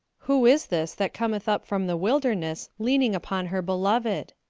who is this that cometh up from the wilderness, leaning upon her beloved?